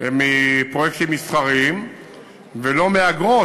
הם מפרויקטים מסחריים ולא מאגרות,